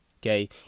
Okay